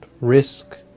Risk